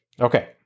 Okay